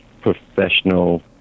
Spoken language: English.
professional